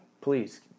please